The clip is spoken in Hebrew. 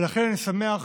ולכן אני שמח